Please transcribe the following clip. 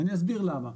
אני אסביר למה,